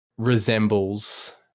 resembles